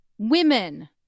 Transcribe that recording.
Women